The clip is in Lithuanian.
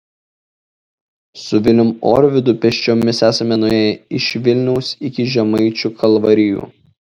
su vilium orvidu pėsčiomis esame nuėję iš vilniaus iki žemaičių kalvarijų